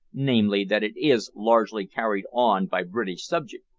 namely, that it is largely carried on by british subjects.